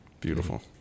Beautiful